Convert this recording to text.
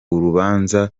urubanza